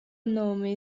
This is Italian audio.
nome